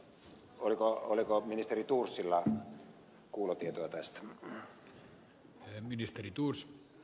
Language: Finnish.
en tiedä oliko ministeri thorsilla kuulotietoa tästä